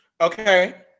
Okay